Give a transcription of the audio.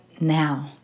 now